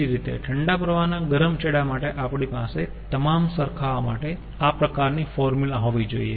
તે જ રીતે ઠંડા પ્રવાહના ગરમ છેડા માટે આપણી પાસે તમામ સરખાવવા માટે આ પ્રકારની ફોર્મ્યુલા હોવી જોઈએ